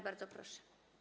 Bardzo proszę.